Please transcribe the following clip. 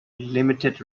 limited